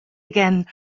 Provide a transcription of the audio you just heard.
again